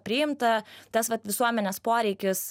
priimta tas vat visuomenės poreikis